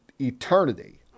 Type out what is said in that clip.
eternity